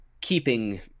keeping